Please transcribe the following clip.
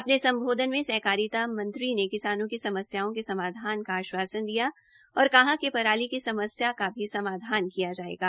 अपने संबोधन में सहकारिता मंत्री ने किसानों की समस्याओं के समाधान का आश्वासन दिया और कहा कि पराली की समस्या का भी समाधान किया जाएगा